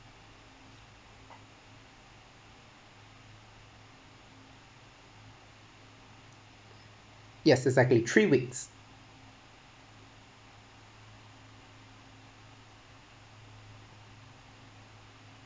yes exactly three weeks